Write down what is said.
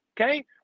Okay